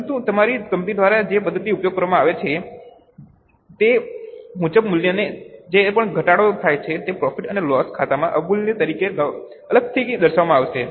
પરંતુ તમારી કંપની દ્વારા જે પદ્ધતિનો ઉપયોગ કરવામાં આવે છે તે મુજબ મૂલ્યમાં જે પણ ઘટાડો થાય છે તે પ્રોફિટ અને લોસ ખાતામાં અવમૂલ્યન તરીકે અલગથી દર્શાવવામાં આવશે